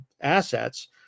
assets